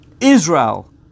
Israel